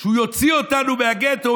שהוא יוציא אותנו מהגטו,